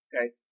Okay